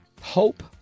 hope